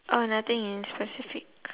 oh nothing in specific